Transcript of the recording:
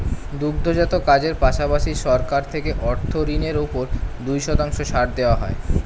দুগ্ধজাত কাজের পাশাপাশি, সরকার থেকে অর্থ ঋণের উপর দুই শতাংশ ছাড় দেওয়া হয়